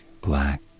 black